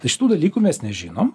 tai šitų dalykų mes nežinom